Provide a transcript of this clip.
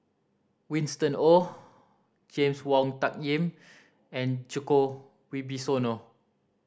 Winston Oh James Wong Tuck Yim and Djoko Wibisono